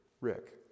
Rick